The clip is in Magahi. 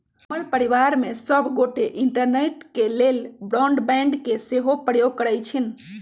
हमर परिवार में सभ गोटे इंटरनेट के लेल ब्रॉडबैंड के सेहो प्रयोग करइ छिन्ह